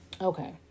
Okay